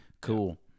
Cool